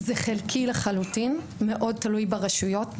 זה חלקי לחלוטין, מאוד תלוי ברשויות.